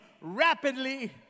rapidly